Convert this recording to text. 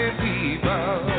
people